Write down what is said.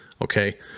Okay